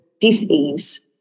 dis-ease